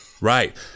Right